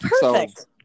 perfect